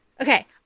Okay